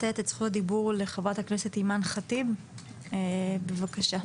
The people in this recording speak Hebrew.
חברת הכנסת אימאן ח'טיב, בבקשה.